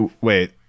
Wait